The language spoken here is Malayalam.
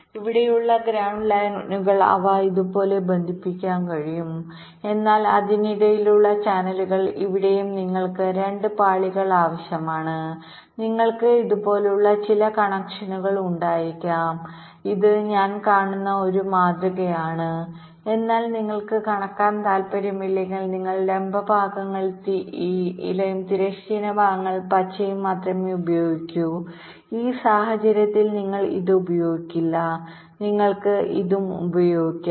ഇവിടെയുള്ള ഗ്രൌണ്ട് ലൈനുകൾ അവ ഇതുപോലെ ബന്ധിപ്പിക്കാൻ കഴിയും എന്നാൽ അതിനിടയിലുള്ള ചാനലുകൾ ഇവിടെയും നിങ്ങൾക്ക് രണ്ട് പാളികൾ ആവശ്യമാണ് നിങ്ങൾക്ക് ഇതുപോലുള്ള ചില കണക്ഷനുകൾ ഉണ്ടായിരിക്കാം ഇത് ഞാൻ കാണുന്ന ഒരു മാതൃകയാണ് എന്നാൽ നിങ്ങൾക്ക് കടക്കാൻ താൽപ്പര്യമില്ലെങ്കിൽ നിങ്ങൾ ലംബ ഭാഗങ്ങളിൽ നീലയും തിരശ്ചീന ഭാഗങ്ങളിൽ പച്ചയും മാത്രമേ ഉപയോഗിക്കൂ ഈ സാഹചര്യത്തിൽ നിങ്ങൾ ഇത് ഉപയോഗിക്കില്ല നിങ്ങൾക്ക് ഇതും ഇതും ഉപയോഗിക്കാം